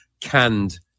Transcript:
canned